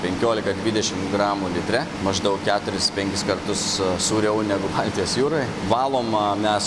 penkiolika dvidešim gramų litre maždaug keturis penkis kartus sūriau negu baltijos jūroj valom mes